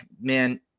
man